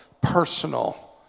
personal